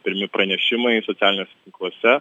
pirmi pranešimai socialiniuose tinkluose